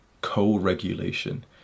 co-regulation